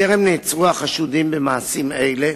טרם נעצרו חשודים במעשים אלה,